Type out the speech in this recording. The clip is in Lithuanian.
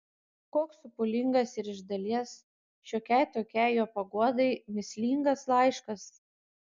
koks sopulingas ir iš dalies šiokiai tokiai jo paguodai mįslingas laiškas